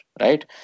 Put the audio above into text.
right